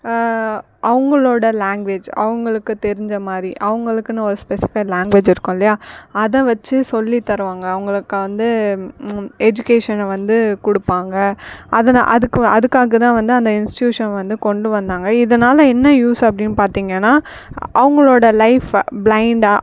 அவங்களோட லாங்குவேஜ் அவர்களுக்கு தெரிஞ்சமாதிரி அவர்களுக்குன்னு ஒரு ஸ்பெசிஃபைடு லாங்குவேஜ் இருக்கும் இல்லையா அதை வச்சு சொல்லி தருவாங்க அவர்களுக்கு வந்து எஜுகேஷனை வந்து கொடுப்பாங்க அதனால் அதுக்கு அதுக்காக வந்து அந்த இன்ஸ்ட்யூஷனை வந்து கொண்டு வந்தாங்க இதனால் என்ன யூஸ் அப்படின்னு பார்த்தீங்கன்னா அவர்களோட லைஃப்பை பிளைன்டாக